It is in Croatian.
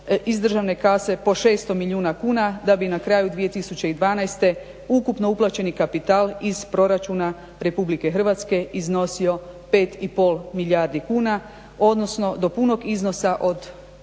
iz državne kase po 600 milijuna kuna da bi na kraju 2012. ukupno uplaćeni kapital iz proračuna Republike Hrvatske iznosio 5,5 milijardi kuna, odnosno do punog iznosa od